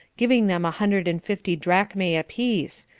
giving them a hundred and fifty drachmae apiece,